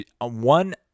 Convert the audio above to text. One